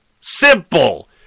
Simple